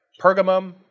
Pergamum